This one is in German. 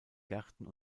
gärten